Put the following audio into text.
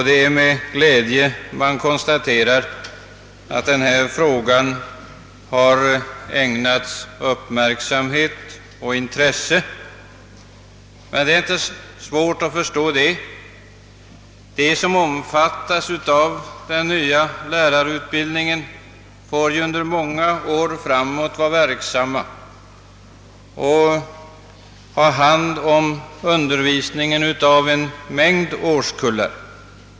Det är därför glädjande att kunna konstatera att frågan ägnats betydande uppmärksamhet. Det är heller inte svårt att förstå att så blivit fallet. De som omfattas av den nya lärarutbildningen får ju under många år framåt ha hand om undervisningen av en mängd årskullar.